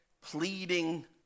pleading